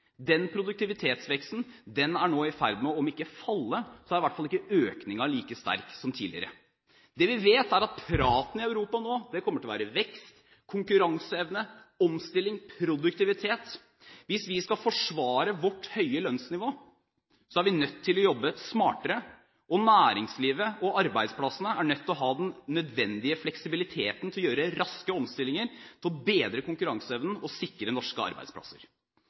Den produktivitetsveksten er nå i ferd med om ikke å falle, så er i hvert fall ikke økningen like sterk som tidligere. Det vi vet, er at praten i Europa nå kommer til å være vekst, konkurranseevne, omstilling, produktivitet. Hvis vi skal forsvare vårt høye lønnsnivå, er vi nødt til å jobbe smartere, og næringslivet og arbeidsplassene er nødt til å ha den nødvendige fleksibiliteten til å gjøre raske omstillinger, bedre konkurranseevnen og sikre norske arbeidsplasser.